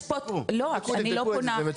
תבדקו את זה, זה מצוין.